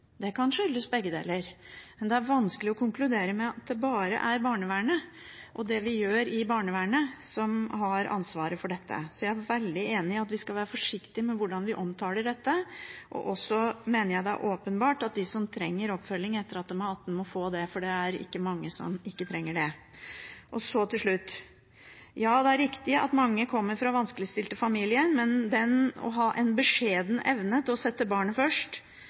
Det kan skyldes begge deler. Men det er vanskelig å konkludere med at det bare er barnevernet, og det man gjør i barnevernet, som har ansvaret for dette. Så jeg er veldig enig i at vi skal være forsiktige med hvordan vi omtaler dette. Jeg mener også det er åpenbart at de som trenger oppfølging etter at de er 18, må få det, for det er ikke mange som ikke trenger det. Til slutt: Ja, det er riktig at mange kommer fra vanskeligstilte familier, men det å ha en beskjeden evne til å sette barnet først,